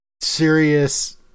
serious